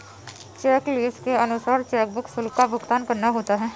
check leaves के अनुसार chequebook शुल्क का भुगतान करना होता है